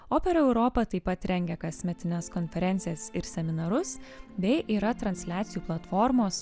opera europa taip pat rengia kasmetines konferencijas ir seminarus bei yra transliacijų platformos